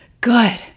good